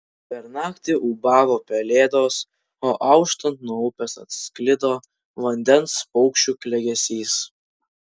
per naktį ūbavo pelėdos o auštant nuo upės atsklido vandens paukščių klegesys